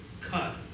cut